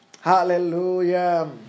Hallelujah